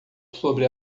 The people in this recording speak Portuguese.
sobre